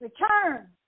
Return